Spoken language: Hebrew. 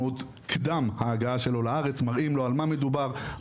אנחנו קדם ההגעה שלו לארץ מראים לו על מה מדובר,